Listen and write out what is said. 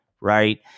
Right